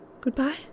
Goodbye